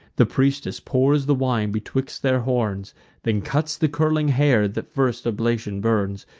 the priestess pours the wine betwixt their horns then cuts the curling hair that first oblation burns,